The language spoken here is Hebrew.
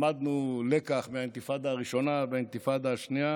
למדנו לקח מהאינתיפאדה הראשונה והאינתיפאדה השנייה